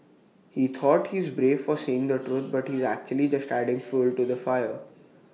he thought he's brave for saying the truth but he's actually just adding fuel to the fire